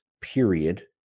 period